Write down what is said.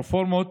הרפורמות